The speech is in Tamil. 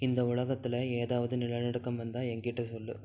இந்த உலகத்தில் ஏதாவது நிலநடுக்கம் வந்தா என்கிட்ட சொல்